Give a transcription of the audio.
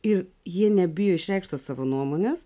ir jie nebijo išreikšt tos savo nuomonės